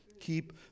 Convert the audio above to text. Keep